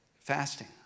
fasting